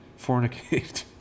fornicate